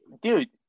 dude